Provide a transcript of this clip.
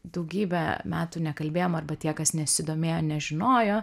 daugybę metų nekalbėjom arba tie kas nesidomėjo nežinojo